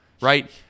Right